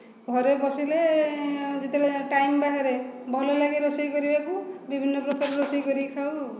ଘରେ ବସିଲେ ଯେତେବେଳେ ଟାଇମ ବାହାରେ ଭଲ ଲାଗେ ରୋଷେଇ କରିବାକୁ ବିଭିନ୍ନ ପ୍ରକାର ରୋଷେଇ କରି ଖାଉ ଆଉ